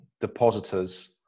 depositors